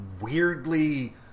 weirdly